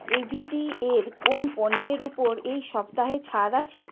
AVT এর কোন পণ্যের ওপর এই সপ্তাহে ছাড় আছে